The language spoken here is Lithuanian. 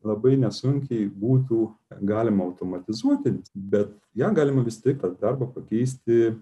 labai nesunkiai būtų galima automatizuoti bet ją galima visaip darbą pakeisti